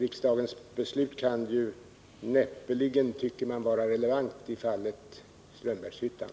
Riksdagens beslut kan ju, tycker jag, näppeligen vara relevant i fallet Strömbergshyttan.